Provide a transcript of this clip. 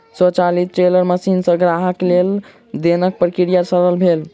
स्वचालित teller machine सॅ ग्राहक के लेन देनक प्रक्रिया सरल भेल